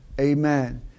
Amen